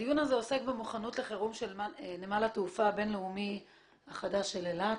הדיון הזה עוסק במוכנות לחירום של נמל התעופה הבין-לאומי החדש של אילת,